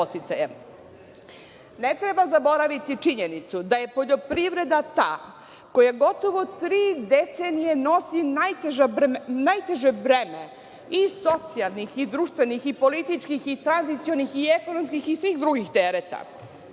treba zaboraviti činjenicu da je poljoprivreda ta koja gotovo tri decenije nosi najteže breme i socijalnih i društvenih i političkih i tradicionalnih i ekonomskih i svih drugih tereta.